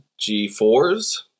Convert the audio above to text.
G4s